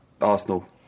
Arsenal